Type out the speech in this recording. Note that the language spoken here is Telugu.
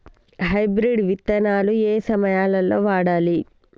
హైబ్రిడ్ విత్తనాలు ఏయే సమయాల్లో వాడాలి?